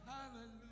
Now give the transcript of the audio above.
hallelujah